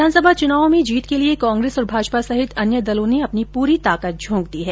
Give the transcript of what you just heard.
विधानसभा चुनावों में जीत के लिये कांग्रेस और भाजपा सहित अन्य दलों ने अपनी पूरी ताकत झोक दी है